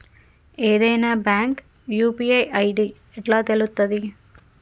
ఏదైనా bank UPI ID ఎట్లా తెలుత్తది?